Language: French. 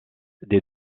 des